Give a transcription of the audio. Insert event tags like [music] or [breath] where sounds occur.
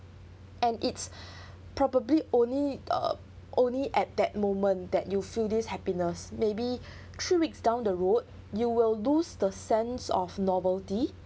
and it's [breath] probably only uh only at that moment that you feel this happiness maybe [breath] three weeks down the road you will lose the sense of novelty